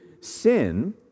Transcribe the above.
sin